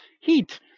Heat